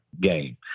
game